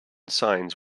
signs